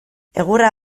egurra